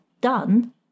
done